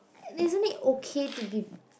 isn't it okay to be